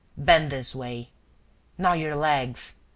bend this way now your legs.